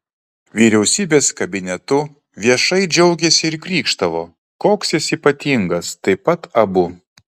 vyriausybės kabinetu viešai džiaugėsi ir krykštavo koks jis ypatingas taip pat abu